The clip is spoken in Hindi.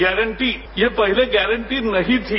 गारंटी ये पहले गारंटी नहीं थी